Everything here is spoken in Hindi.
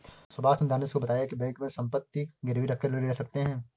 सुभाष ने दिनेश को बताया की बैंक में संपत्ति गिरवी रखकर ऋण ले सकते हैं